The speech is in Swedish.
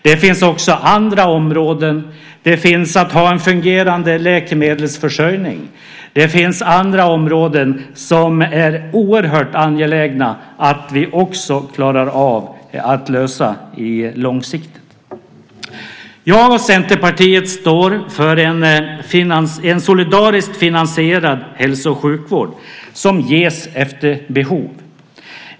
Det finns också andra områden, till exempel att ha en fungerande läkemedelsförsörjning, som det är oerhört angeläget att vi klarar av att lösa långsiktigt. Jag och Centerpartiet står för en solidariskt finansierad hälso och sjukvård som ges efter behov.